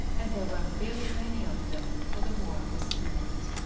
and there were very many of them, for the war was imminent.